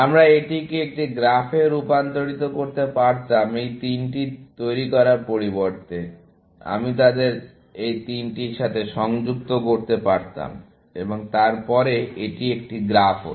আমরা এটিকে একটি গ্রাফে রূপান্তর করতে পারতাম এই তিনটি তৈরি করার পরিবর্তে আমি তাদের এই তিনটির সাথে সংযুক্ত করতে পারতাম এবং তারপরে এটি একটি গ্রাফ হত